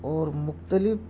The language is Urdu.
اور مختلف